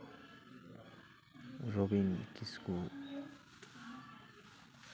Robin Kisku